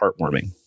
heartwarming